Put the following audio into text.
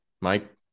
Mike